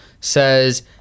says